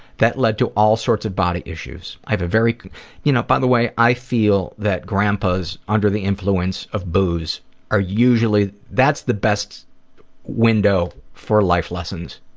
that led to all sorts of body issues. i've a very you know by the way, i feel that grandpa's under the influence of booze are usually, that's the best window for life lessons.